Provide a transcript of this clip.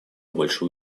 больше